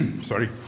Sorry